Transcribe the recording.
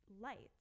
lights